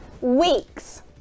weeks